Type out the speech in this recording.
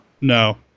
No